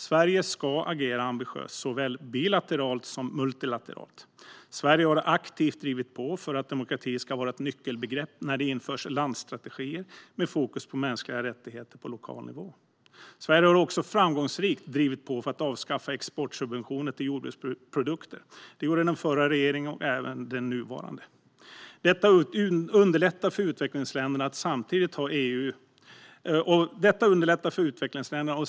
Sverige ska agera ambitiöst, såväl bilateralt som multilateralt. Sverige har aktivt drivit på för att demokrati ska vara ett nyckelbegrepp när det införs landstrategier med fokus på mänskliga rättigheter på lokal nivå. Sverige har också framgångsrikt drivit på för att avskaffa exportsubventioner till jordbruksprodukter. Det gjorde den förra regeringen, och det gör även den nuvarande. Detta underlättar för utvecklingsländerna.